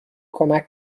کمک